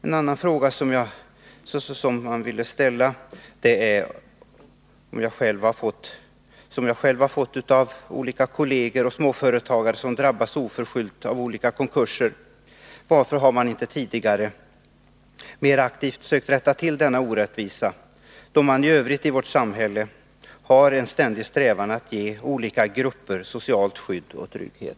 En annan fråga som jag skulle vilja ställa och som jag själv har fått av kolleger och småföretagare som oförskyllt drabbats av olika konkurser är: Varför har man inte tidigare mer aktivt sökt rätta till denna orättvisa, då man i vårt samhälle i övrigt har en ständig strävan att ge alla grupper socialt skydd och trygghet?